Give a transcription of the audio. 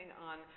on